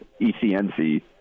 ECNC